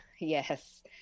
Yes